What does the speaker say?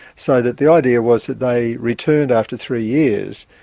so that the idea was that they returned after three years.